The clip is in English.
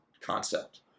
concept